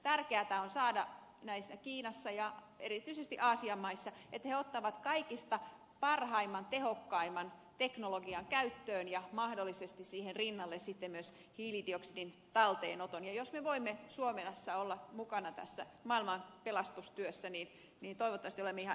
tärkeätä on saada aikaan kiinassa ja erityisesti aasian maissa että he ottavat kaikista parhaimman tehokkaimman teknologian käyttöön ja mahdollisesti siihen rinnalle sitten myös hiilidioksidin talteenoton ja jos me voimme suomessa olla mukana tässä maailman pelastustyössä niin mittaava testi olevia